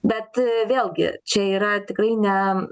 bet vėlgi čia yra tikrai ne